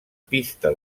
pista